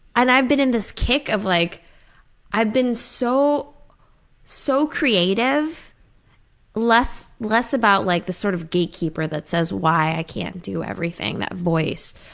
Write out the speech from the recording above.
and i've been in this kick of like i've been so so creative less less about like the sort of gatekeeper that says why i can't do everything that voice.